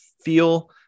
feel